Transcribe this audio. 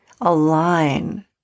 align